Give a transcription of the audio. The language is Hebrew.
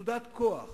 מצודת כ"ח,